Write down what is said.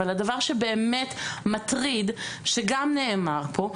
אבל הדבר שבאמת מטריד שגם נאמר פה,